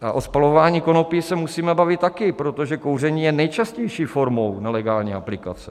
O spalování konopí se musíme bavit taky, protože kouření je nejčastější formou nelegální aplikace.